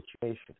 situation